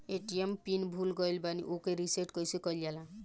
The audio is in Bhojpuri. ए.टी.एम पीन भूल गईल पर ओके रीसेट कइसे कइल जाला?